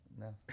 No